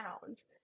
pounds